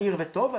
מהיר וטוב.